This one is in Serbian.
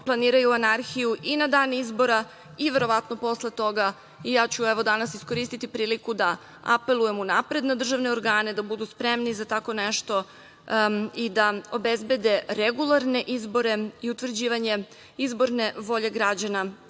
planiraju anarhiju i na dan izbora i verovatno posle toga. Ja ću evo danas iskoristiti priliku da apelujem unapred na državne organe da budu spremni za tako nešto i da obezbede regularne izbore i utvrđivanje izborne volje građana